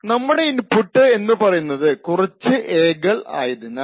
നമ്മുടെ ഇൻപുട്ട് എന്ന് പറയുന്നത് കുറച്ച് A കൾ ആയതിനാൽ